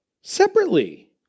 separately